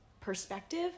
perspective